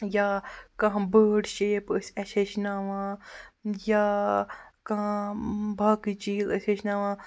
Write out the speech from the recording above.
یا کانٛہہ بٲڈ شیپ ٲسۍ اَسہِ ہیٚچھناوان یا کانٛہہ باقٕے چیٖز ٲسۍ ہیٚچھناوان